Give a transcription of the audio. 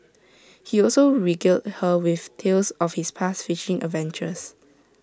he also regaled her with tales of his past fishing adventures